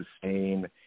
sustain